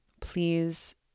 please